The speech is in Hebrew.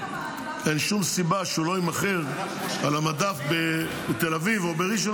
אין שום סיבה שהוא לא יימכר על המדף בתל אביב או בראשון